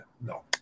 no